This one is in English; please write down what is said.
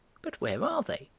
but where are they?